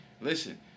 listen